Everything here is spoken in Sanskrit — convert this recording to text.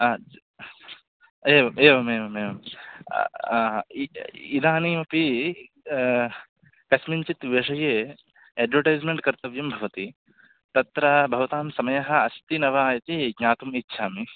हा एवम् एवमेवमेवं इ इदानीमपि कस्मिञ्चित् विषये अड्वटैस्मेण्ट् कर्तव्यं भवति तत्र भवतां समयः अस्ति न वा इति ज्ञातुम् इच्छामि